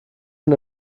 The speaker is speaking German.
von